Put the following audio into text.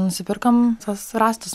nusiperkam tuos rąstus